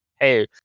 hey